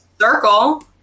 circle